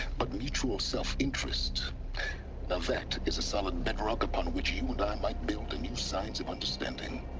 but mutual self-interest. now that. is a solid bedrock upon which you and i might build a new science of understanding